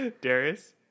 Darius